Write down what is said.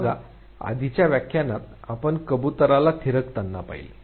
असं बघा आधीच्या व्याख्यानात आपण कबुतराला थिरकताना पाहिले